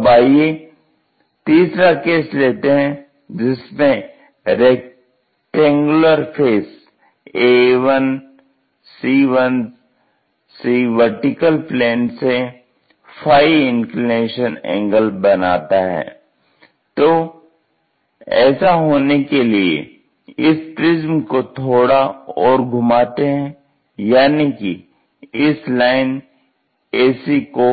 तो अब आइये तीसरा केस लेते हैं जिसमें rectangular face aa1c1c vertical plane से फाई इंक्लिनेशन एंगल बनता है तो ऐसा होने के लिए इस प्रिज्म को थोड़ा और घुमाते हैं यानी कि इस लाइन ac को